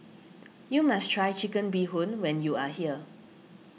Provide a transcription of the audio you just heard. you must try Chicken Bee Hoon when you are here